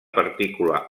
partícula